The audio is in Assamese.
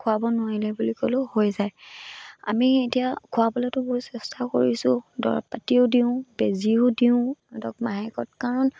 খুৱাব নোৱাৰিলে বুলি ক'লেও হৈ যায় আমি এতিয়া খোৱাবলৈতো বহু চেষ্টা কৰিছোঁ দৰৱ পাতিও দিওঁ বেজীও দিওঁ ধৰক মাহেকত কাৰণ